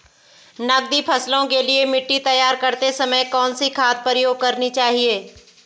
नकदी फसलों के लिए मिट्टी तैयार करते समय कौन सी खाद प्रयोग करनी चाहिए?